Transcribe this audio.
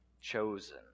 chosen